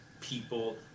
people